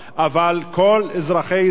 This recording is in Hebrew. אבל כל אזרחי ישראל,